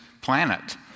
planet